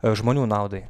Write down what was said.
žmonių naudai